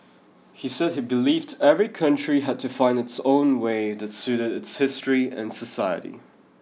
he said he believed every country had to find its own way that suited its history and society